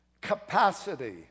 capacity